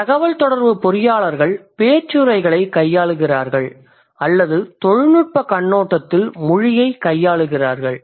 இந்தத் தகவல்தொடர்பு பொறியாளர்கள் பேச்சுரைகளைக் கையாளுகிறார்கள் அல்லது தொழில்நுட்பக் கண்ணோட்டத்தில் மொழியைக் கையாளுகிறார்கள்